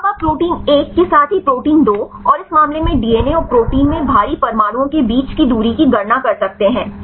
अब आप प्रोटीन 1 के साथ ही प्रोटीन 2 और इस मामले में डीएनए और प्रोटीन में भारी परमाणुओं के बीच की दूरी की गणना कर सकते हैं